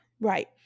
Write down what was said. Right